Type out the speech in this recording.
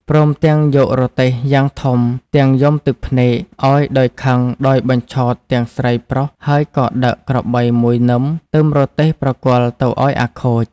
ព្រមទាំងយករទេះយ៉ាងធំទាំងយំទឹកភ្នែក ឱ្យដោយខឹងដោយបញ្ឆោតទាំងស្រីប្រុសហើយក៏ដឹក ក្របី១នឹមទឹមរទេះប្រគល់ទៅឱ្យអាខូច។